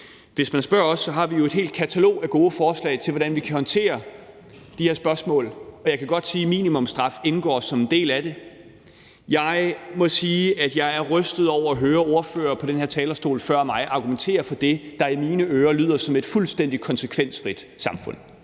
Hvis man spørger os, har vi jo et helt katalog af gode forslag til, hvordan vi kan håndtere de her spørgsmål, og jeg kan godt sige, at minimumsstraf indgår som en del af det. Jeg må sige, at jeg er rystet over at høre ordførere på den her talerstol før mig argumentere for det, der i mine ører lyder som et fuldstændig konsekvensfrit samfund